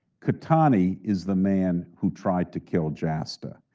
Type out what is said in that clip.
qahtani is the man who tried to kill jasta.